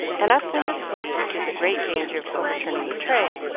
and up went a sleeve, to the great danger of overturning the tray,